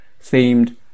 themed